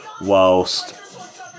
whilst